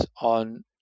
on